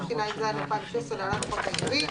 התשע״ז 2016 (להלן - החוק העיקרי),